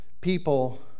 people